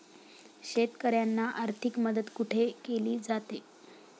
शेतकऱ्यांना आर्थिक मदत कुठे केली जाते?